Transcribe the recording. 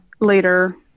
later